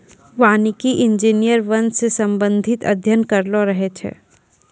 वानिकी इंजीनियर वन से संबंधित अध्ययन करलो रहै छै